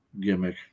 gimmick